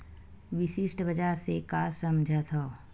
विशिष्ट बजार से का समझथव?